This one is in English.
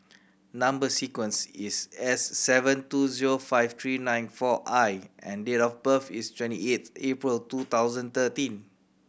number sequence is S seven two zero five three nine four I and date of birth is twenty eight April two thousand thirteen